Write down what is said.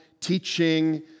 teaching